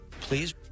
Please